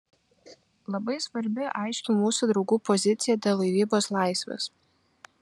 labai svarbi aiški mūsų draugų pozicija dėl laivybos laisvės